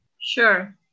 Sure